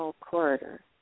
corridor